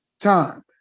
time